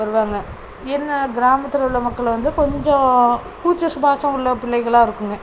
வருவாங்க என்ன கிராமத்தில் உள்ள மக்கள் வந்து கொஞ்சம் கூச்ச சுபாவம் உள்ள புள்ளைகள்லாம் இருக்குதுங்க